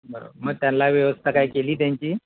बरं मग त्यांला व्यवस्था काय केली त्यांची